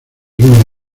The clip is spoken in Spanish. una